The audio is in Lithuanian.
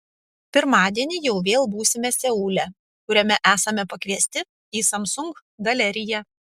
pirmadienį jau vėl būsime seule kuriame esame pakviesti į samsung galeriją